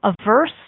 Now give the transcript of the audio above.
Averse